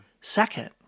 second